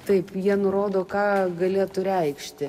taip jie nurodo ką galėtų reikšti